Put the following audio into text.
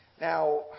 Now